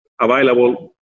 available